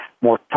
more